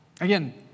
Again